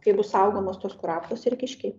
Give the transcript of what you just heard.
kaip bus saugomos tos kurapkos ir kiškiai